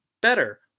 better